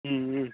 ம் ம்